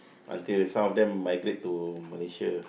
until some of them migrate to Malaysia